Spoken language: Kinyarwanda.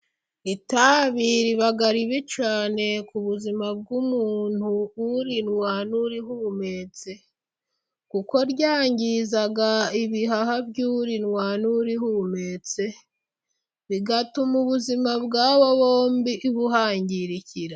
Itabi riba ribi cyane ku buzima bw'umuntu, urinywa n'urihumetse, kuko ryangiza ibihaha by'urinywa n'urihumetse bigatuma ubuzima bw'aba bombi buhangirikira.